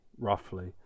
Roughly